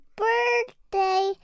birthday